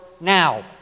now